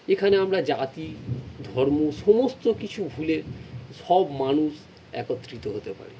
এখানে আমরা জাতি ধর্ম সমস্ত কিছু ভুলে সব মানুষ একত্রিত হতে পারি